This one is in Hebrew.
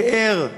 פאר,